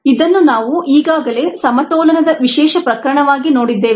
ಇದನ್ನು ನಾವು ಈಗಾಗಲೇ ಸಮತೋಲನದ ವಿಶೇಷ ಪ್ರಕರಣವಾಗಿ ನೋಡಿದ್ದೇವೆ